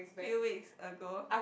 few weeks ago